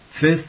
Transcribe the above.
Fifth